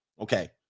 okay